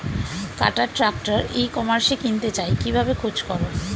কাটার tractor e কমার্সে কিনতে চাই কিভাবে খোঁজ করো?